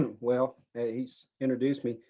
well he's introduced me.